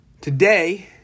Today